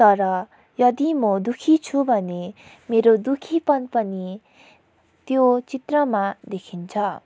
तर यदि म दुःखी छु भने मेरो दुःखीपन पनि त्यो चित्रमा देखिन्छ